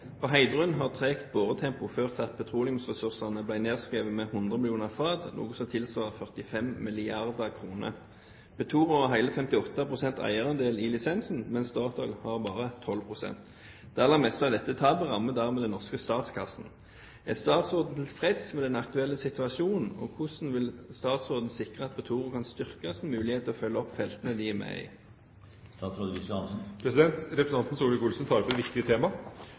På Heidrun har tregt boretempo ført til at petroleumsressursene ble nedskrevet med 100 millioner fat, noe som tilsvarer 45 mrd. kr. Petoro har hele 58 pst. eierandel i lisensen, mens Statoil har bare 12 pst. Det aller meste av dette tapet rammer dermed den norske statskassen. Er statsråden tilfreds med den aktuelle situasjonen, og hvordan vil statsråden sikre at Petoro kan styrke sin mulighet til å følge opp feltene de er med i?» Representanten Solvik-Olsen tar opp et viktig tema